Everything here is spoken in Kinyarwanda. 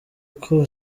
uko